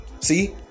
See